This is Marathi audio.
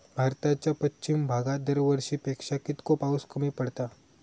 भारताच्या पश्चिम भागात दरवर्षी पेक्षा कीतको पाऊस कमी पडता?